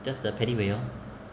just the petty wei orh